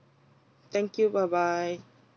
thank you bye bye